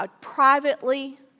Privately